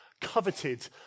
coveted